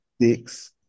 six